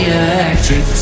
electric